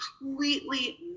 completely